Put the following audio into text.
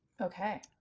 Okay